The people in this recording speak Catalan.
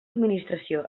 administració